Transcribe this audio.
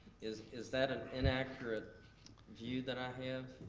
is is that an inaccurate view that i have?